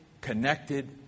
Connected